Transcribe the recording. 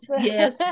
yes